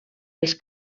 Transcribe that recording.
els